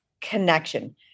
connection